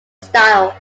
style